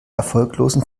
erfolglosen